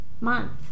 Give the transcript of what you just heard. month